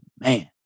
man